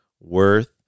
worth